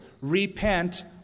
repent